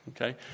okay